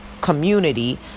community